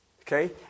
Okay